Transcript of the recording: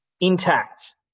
intact